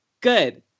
good